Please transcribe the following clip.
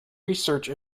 research